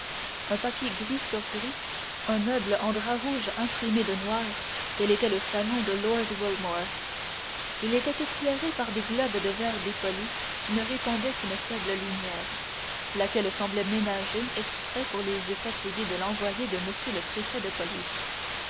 un papier gris sur gris un meuble en drap rouge imprimé de noir tel était le salon de lord wilmore il était éclairé par des globes de verre dépoli qui ne répandaient qu'une faible lumière laquelle semblait ménagée exprès pour les yeux fatigués de l'envoyé de m le préfet de police